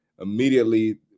immediately